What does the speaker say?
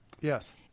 Yes